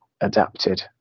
adapted